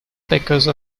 because